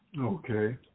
Okay